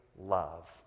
love